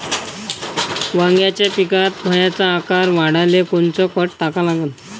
वांग्याच्या पिकात फळाचा आकार वाढवाले कोनचं खत टाका लागन?